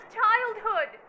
childhood